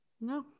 No